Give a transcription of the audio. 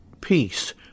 peace